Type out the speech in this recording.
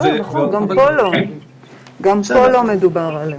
גם פה לא מדובר על זה.